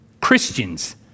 Christians